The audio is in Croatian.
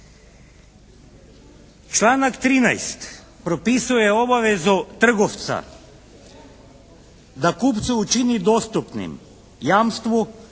Članak 13. propisuje obavezu trgovca da kupcu učini dostupnim jamstvo,